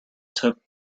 took